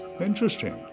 Interesting